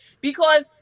because-